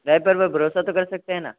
driver पर भरोसा तो कर सकते है ना